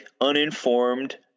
uninformed